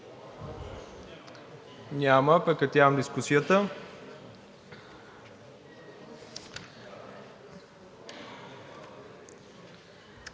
Няма. Прекратявам дискусията.